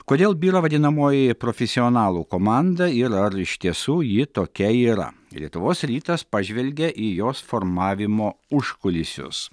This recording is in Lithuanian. kodėl byrą vadinamoji profesionalų komanda ir ar iš tiesų ji tokia yra lietuvos rytas pažvelgė į jos formavimo užkulisius